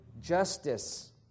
justice